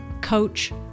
coach